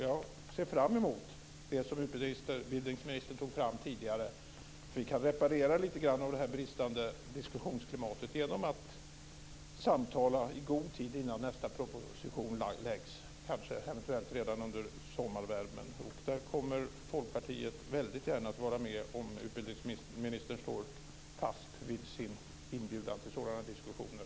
Jag ser fram emot det som utbildningsministern tog upp tidigare, att vi kan reparera lite grann bristerna i diskussionsklimatet genom att samtala i god tid innan nästa proposition läggs fram, kanske redan eventuellt under sommarvärmen. Där kommer Folkpartiet väldigt gärna att vara med om utbildningsministern står fast vid sin inbjudan till sådana diskussioner.